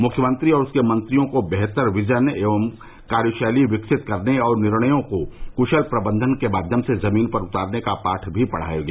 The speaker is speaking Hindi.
मुख्यमंत्री और उनके मंत्रियों को बेहतर विजन एवं कार्यशैली विकसित करने और निर्णयों को क्शल प्रबंधन के माध्यम से जमीन पर उतारने का पाठ भी पढ़ाया गया